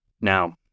now